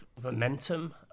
momentum